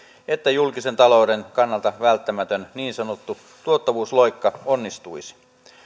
että julkisen talouden kannalta välttämätön niin sanottu tuottavuusloikka onnistuisi